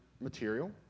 material